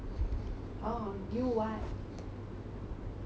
oh new what